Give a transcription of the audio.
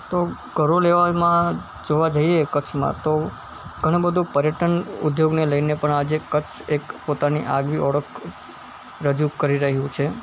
તો ગૌરવ લેવામાં જોવા જઈએ કચ્છમાં તો ઘણું બધું પર્યટન ઉદ્યોગને લઈને પણ આજે કચ્છ એક પોતાની આગવી ઓળખ રજૂ કરી રહ્યું છે